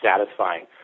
satisfying